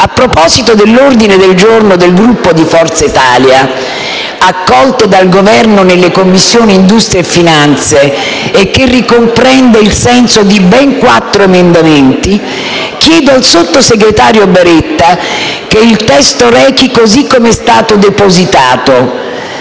A proposito dell'ordine del giorno del Gruppo di Forza Italia, accolto dal Governo nelle Commissioni industria e finanze e che ricomprende il senso di ben quattro emendamenti, chiedo al sottosegretario Baretta che il testo rechi così com'è stato depositato: